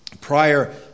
prior